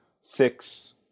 six